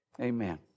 amen